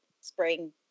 spring